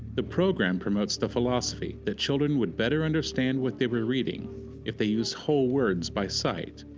the program promotes the philosophy that children would better understand what they were reading if they use whole words by sight,